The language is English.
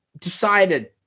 decided